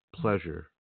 pleasure